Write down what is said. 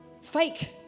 fake